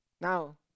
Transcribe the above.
now